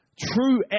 True